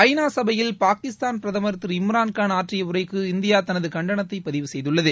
ஐ நா சபையில் பாகிஸ்தான் பிரதமர் திரு இம்ரான்கான் ஆற்றிய உரைக்கு இந்தியா தனது கண்டனத்ததை பதிவு செய்துள்ளது